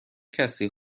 کسی